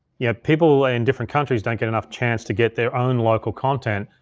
yeah people ah in different countries don't get enough chance to get their own local content,